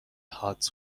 هات